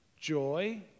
Joy